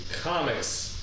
comics